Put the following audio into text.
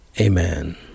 Amen